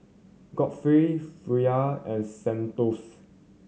Godfrey and Santos